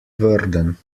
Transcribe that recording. worden